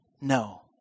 no